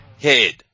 head